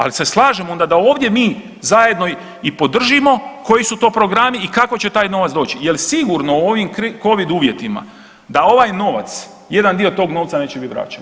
Ali se slažemo da ovdje mi zajedno i podržimo koji su to programi i kako će taj novac doći jel sigurno u ovim covid uvjetima da ovaj novac, jedan dio tog novca neće biti vraćen.